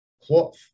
cloth